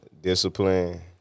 discipline